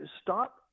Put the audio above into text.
Stop